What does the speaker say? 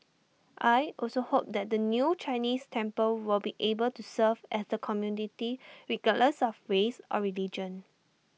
I also hope that the new Chinese temple will be able to serve at the community regardless of race or religion